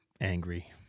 angry